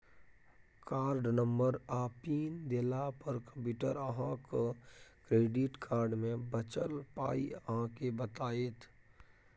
card number आ pin देला पर कंप्यूटर अहाँक क्रेडिट कार्ड मे बचल पाइ अहाँ केँ बताएत